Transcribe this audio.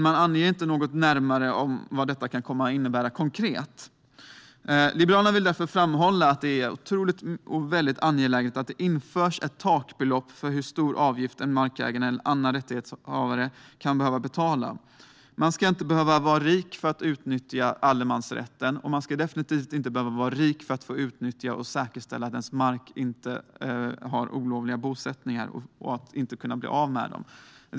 Man anger dock inget närmare om vad detta kan komma att innebära konkret. Liberalerna vill därför framhålla att det är otroligt angeläget att det införs ett takbelopp för hur stor avgift en markägare eller annan rättighetshavare kan behöva betala. Man ska inte behöva vara rik för att utnyttja allemansrätten, och man ska definitivt inte behöva vara rik för att säkerställa att ens mark inte har olovliga bosättningar eller för att kunna bli av med sådana.